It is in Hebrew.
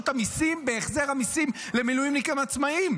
המיסים בהחזר המיסים למילואימניקים עצמאים.